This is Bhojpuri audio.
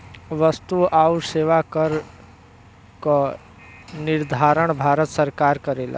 वस्तु आउर सेवा कर क निर्धारण भारत सरकार करेला